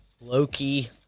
Loki